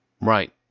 Right